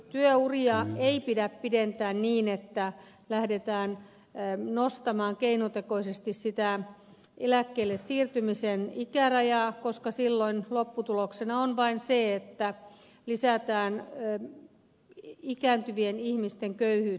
työuria ei pidä pidentää niin että lähdetään nostamaan keinotekoisesti sitä eläkkeelle siirtymisen ikärajaa koska silloin lopputuloksena on vain se että lisätään ikääntyvien ihmisten köyhyyttä